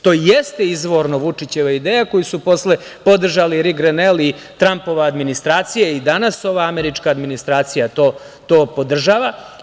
To jeste izvorno Vučićeva ideja, koju su posle podržali i Grenel i Trampova administracija i danas ova američka administracija to podržava.